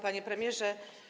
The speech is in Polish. Panie Premierze!